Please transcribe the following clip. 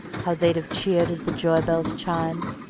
how they'd have cheered as the joy-bells chime,